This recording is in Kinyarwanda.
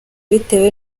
bitewe